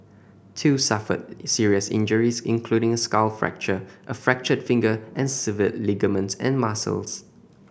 two suffered serious injuries including a skull fracture a fractured finger and severed ligaments and muscles